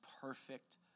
perfect